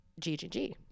GGG